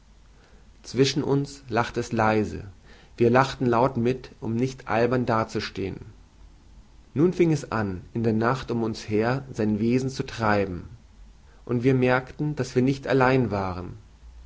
zwischen uns lachte es leise wir lachten laut mit um nicht albern dazustehen nun fing es an in der nacht um uns her sein wesen zu treiben und wir merkten daß wir nicht allein waren